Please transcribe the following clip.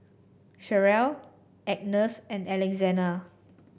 Cherrelle Agnes and Alexina